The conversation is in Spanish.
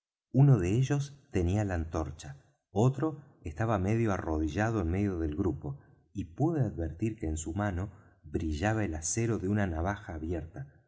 uno de ellos tenía la antorcha otro estaba medio arrodillado en medio del grupo y pude advertir que en su mano brillaba el acero de una navaja abierta